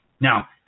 Now